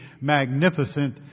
magnificent